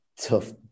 tough